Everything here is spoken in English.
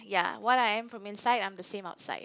ya what I am from inside I'm the same outside